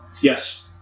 Yes